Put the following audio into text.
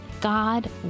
God